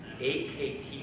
AKT